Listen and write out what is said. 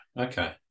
okay